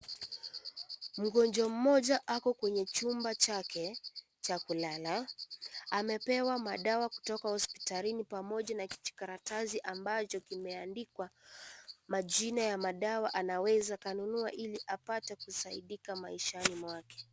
Mgonjwa mmoja ako kwenye chumba chake cha kulala. Amepewa madawa kutoka hospitalini pamoja na kijikaratasi ambacho kimeandikwa majina ya madawa na aweze kununua Ili apate kusaidika maishani mwake.